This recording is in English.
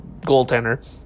goaltender